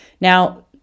Now